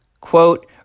quote